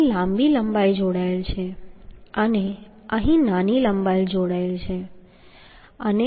અહીં લાંબી લંબાઈ જોડાયેલ છે અને અહીં નાની લંબાઈ જોડાયેલ છે